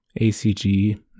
ACG